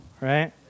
right